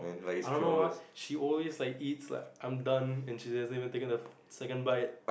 I don't know what she always like eats like I'm done and she hasn't even taken a second bite it